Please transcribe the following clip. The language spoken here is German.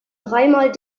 dreimal